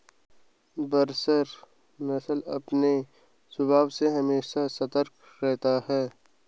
बसरा नस्ल अपने स्वभाव से हमेशा सतर्क रहता है